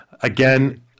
Again